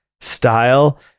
style